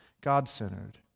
God-centered